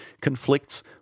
conflicts